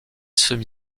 semi